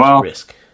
risk